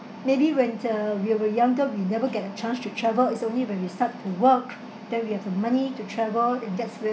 maybe when uh we were younger we never get a chance to travel is only when we start to work then we have the money to travel and gets